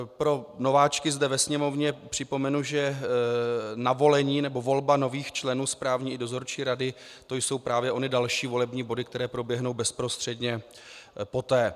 Pro nováčky zde ve Sněmovně připomenu, že volba nových členů správní i dozorčí rady, to jsou právě ony další volební body, které proběhnou bezprostředně poté.